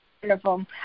Beautiful